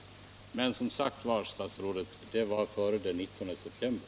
Men som sagt, herr statsråd, det var före den 19 september.